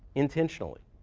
intentionally,